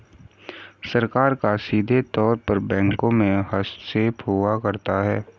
सरकार का सीधे तौर पर बैंकों में हस्तक्षेप हुआ करता है